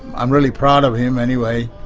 i'm really proud of him anyway,